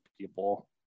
people